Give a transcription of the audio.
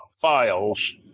files